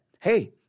hey